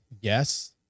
yes